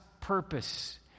purpose